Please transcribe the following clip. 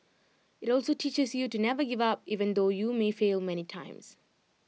IT also teaches you to never give up even though you may fail many times